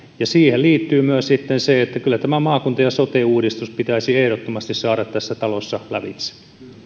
ja siihen liittyy sitten myös se että kyllä tämä maakunta ja sote uudistus pitäisi ehdottomasti saada tässä talossa lävitse